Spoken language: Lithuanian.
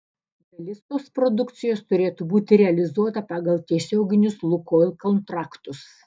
dalis tos produkcijos turėtų būti realizuota pagal tiesioginius lukoil kontraktus